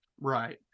Right